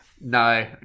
No